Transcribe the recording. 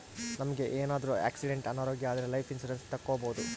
ನಮ್ಗೆ ಏನಾದ್ರೂ ಆಕ್ಸಿಡೆಂಟ್ ಅನಾರೋಗ್ಯ ಆದ್ರೆ ಲೈಫ್ ಇನ್ಸೂರೆನ್ಸ್ ತಕ್ಕೊಬೋದು